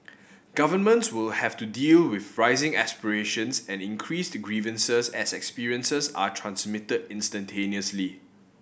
governments will have to deal with rising aspirations and increased grievances as experiences are transmitted instantaneously